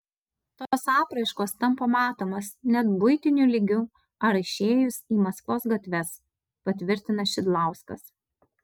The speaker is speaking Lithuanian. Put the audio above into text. tos apraiškos tampa matomos net buitiniu lygiu ar išėjus į maskvos gatves patvirtina šidlauskas